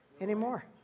anymore